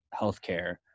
healthcare